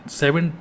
seven